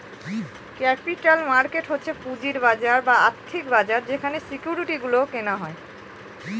capital market হচ্ছে পুঁজির বাজার বা আর্থিক বাজার যেখানে সিকিউরিটি গুলো কেনা হয়